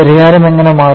പരിഹാരം എങ്ങനെ മാറും